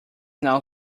now